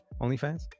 OnlyFans